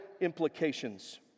implications